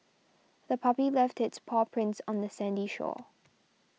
the puppy left its paw prints on the sandy shore